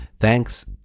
Thanks